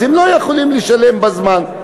אז הם לא יכולים לשלם בזמן.